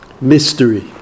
mystery